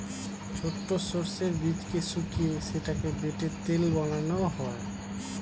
ছোট সর্ষের বীজকে শুকিয়ে সেটাকে বেটে তেল বানানো হয়